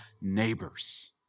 neighbors